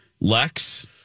Lex